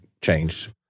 changed